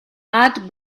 and